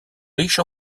riche